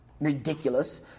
ridiculous